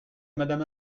madame